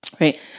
Right